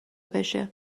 بشه